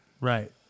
Right